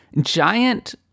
giant